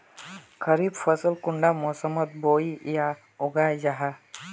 खरीफ फसल कुंडा मोसमोत बोई या उगाहा जाहा?